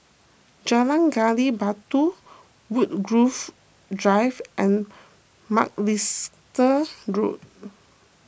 Jalan Gali Batu Woodgrove Drive and Macalister Road